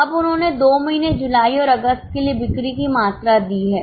अब उन्होंने 2 महीने जुलाई और अगस्त के लिए बिक्री की मात्रा दी है